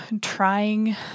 trying